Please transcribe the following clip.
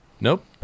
Nope